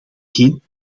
geen